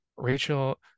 Rachel